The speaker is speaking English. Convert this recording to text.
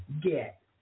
get